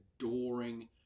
adoring